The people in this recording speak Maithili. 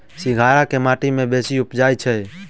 सिंघाड़ा केँ माटि मे बेसी उबजई छै?